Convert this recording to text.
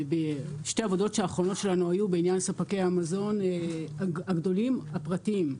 שתי העבודות האחרונות שלנו היו בעניין ספקי המזון הגדולים הפרטיים.